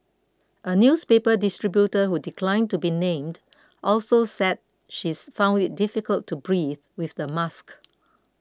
a newspaper distributor who declined to be named also said she's found it difficult to breathe with the mask